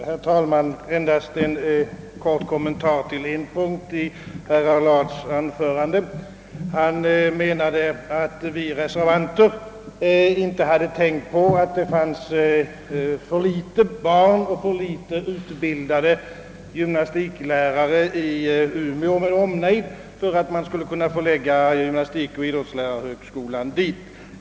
Herr talman! Jag vill endast göra en kortfattad kommentar till en punkt i herr Allards anförande. Han menade, att reservanter inte hade tänkt på att det i Umeå med omnejd kanske inte fanns tillräckligt med barn för övningsundervisning och att antalet utbildade gymnastiklärare var för ringa, för att man skulle kunna förlägga en gymnastikoch idrottshögskola dit.